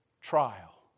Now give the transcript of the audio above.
trial